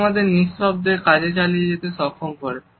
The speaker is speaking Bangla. এটি আমাদের নিঃশব্দে কাজ চালিয়ে যেতে সক্ষম করে